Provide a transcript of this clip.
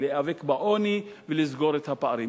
להיאבק בעוני ולסגור את הפערים.